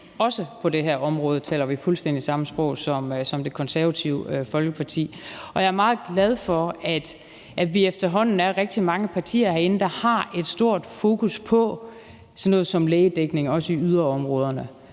Også på det her område taler vi fuldstændig samme sprog som Det Konservative Folkeparti. Jeg er meget glad for, at vi efterhånden er rigtig mange partier herinde, der har et stort fokus på sådan noget som lægedækning, også i yderområderne.